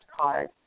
card